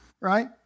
right